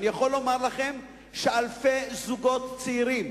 ואני יכול לומר לכם שאלפי זוגות צעירים